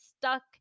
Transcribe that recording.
stuck